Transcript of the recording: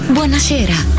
Buonasera